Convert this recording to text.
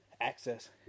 access